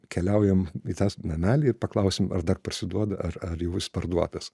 keliaujam į tą namelį ir paklausim ar dar parsiduoda ar ar jis parduotas